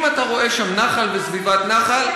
אם אתה רואה שם נחל וסביבת נחל,